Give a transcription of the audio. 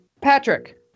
Patrick